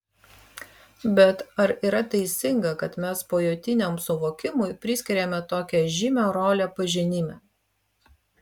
bet ar yra teisinga kad mes pojūtiniam suvokimui priskiriame tokią žymią rolę pažinime